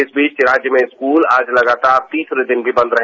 इस बीच राज्य में स्कूल आज लगातार तीसरे दिन भी बंद रहे